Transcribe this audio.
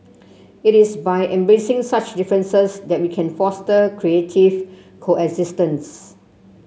it is by embracing such differences that we can foster creative coexistence